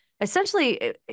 essentially